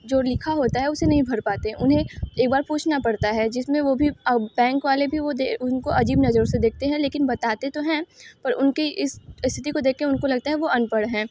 जो लिखा होता है उसे नहीं भर पाते उन्हें एक बार पूछना पड़ता है जिस में वो भी बैंक वाले भी वो दे उनको अजीब नज़रों से देखते हैं लेकिन बताते तो हैं पर उनकी इस स्थिति को देख के उनको लगता है वो अनपढ़ हैं